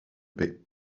paix